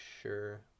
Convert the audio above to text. sure